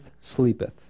sleepeth